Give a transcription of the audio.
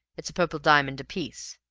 it's a purple diamond apiece.